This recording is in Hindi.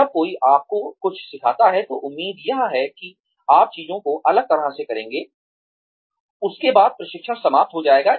जब कोई आपको कुछ सिखाता है तो उम्मीद यह है कि आप चीजों को अलग तरह से करेंगे उसके बाद प्रशिक्षण समाप्त हो जाएगा